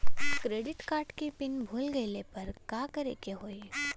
Credit card के PIN भूल गईला पर का करे के होई?